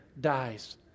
dies